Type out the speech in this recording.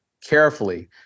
carefully